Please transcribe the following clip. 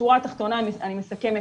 בשורה התחתונה אני מסכמת,